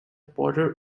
border